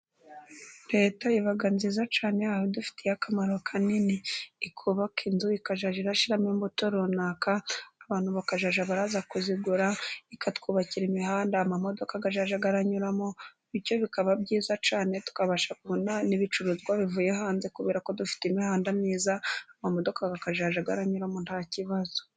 Leta iba nziza cyane, aho idufitiye akamaro kanini, ikubaka inzu ikazajya irashyiramo imbuto runaka abantu bakazajya baraza kuyigura, ikatwubakira imihanda amamodoka azajya aranyuramo, bityo bikaba byiza cyane tukabasha kubona n'ibicuruzwa bivuye hanze kubera ko dufite imihanda myiza amodoka akazajya aranyuramo nta kibazo.